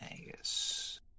Angus